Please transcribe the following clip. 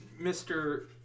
Mr